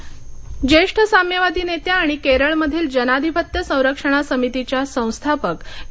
गौरी जेष्ठ साम्यवादी नेत्या आणि केरळमधील जनाधीपत्यसंरक्षणा समितीच्या संस्थापक के